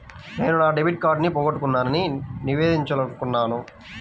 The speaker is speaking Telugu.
నేను నా డెబిట్ కార్డ్ని పోగొట్టుకున్నాని నివేదించాలనుకుంటున్నాను